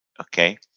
Okay